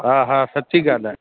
हा हा सच्ची ॻाल्हि आहे